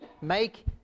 Make